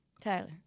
Tyler